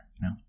No